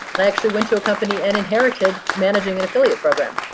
and i actually went to a company and inherited managing an affiliate program.